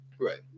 Right